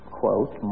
quote